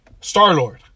Star-Lord